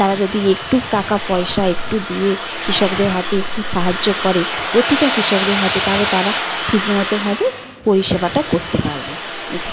তারা যদি একটু টাকাপয়সা একটু দিয়ে কৃষকদের হাতে একটু সাহায্য করে প্রতিটা কৃষকদের হাতে তাহলে তারা ঠিকমতো ভাবে পরিষেবাটা করতে পারবে এটাই